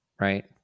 right